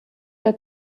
der